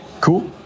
cool